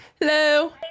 hello